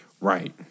Right